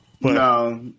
No